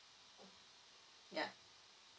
yup